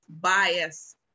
bias